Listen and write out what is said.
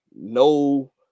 no